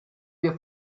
wir